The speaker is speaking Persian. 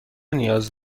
نیاز